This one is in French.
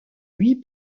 huit